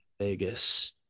Vegas